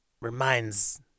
reminds